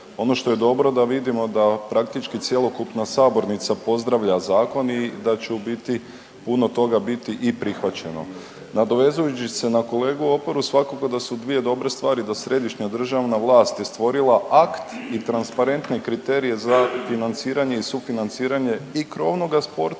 Ono što je dobro da vidimo da praktički cjelokupna sabornica pozdravlja Zakon i da će u biti puno toga biti i prihvaćeno. Nadovezujući se na kolegu Oparu, svakako da su dvije dobre stvari da središnja državna vlast je stvorila akt i transparentne kriterije za financiranje i sufinanciranje i krovnoga sporta,